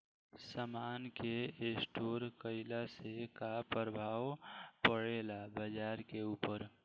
समान के स्टोर काइला से का प्रभाव परे ला बाजार के ऊपर?